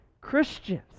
Christians